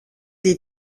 des